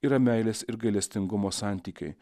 yra meilės ir gailestingumo santykiai